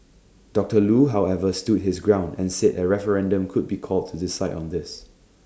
doctor Loo however stood his ground and said A referendum could be called to decide on this